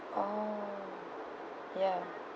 oh ya